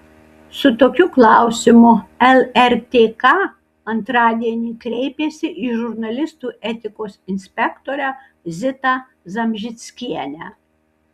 su tokiu klausimu lrtk antradienį kreipėsi į žurnalistų etikos inspektorę zitą zamžickienę